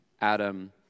Adam